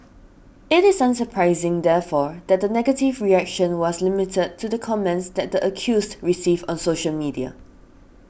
it is unsurprising therefore that the negative reaction was limited to the comments that accuse receive on social media